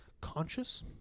conscious